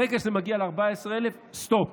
ברגע שזה מגיע ל-14,000, סטופ,